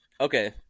Okay